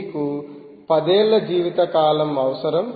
మీకు పదేళ్ల జీవితకాలం అవసరం